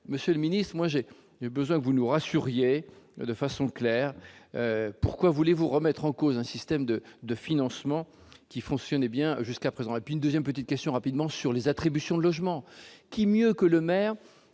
Monsieur le Ministre, moi j'ai besoin que vous nous rassuriez de façon claire, pourquoi voulez-vous remettre en cause un système de de financement qui fonctionnait bien jusqu'à présent, et puis une 2ème petite question rapidement sur les attributions de logements, qui mieux que le maire,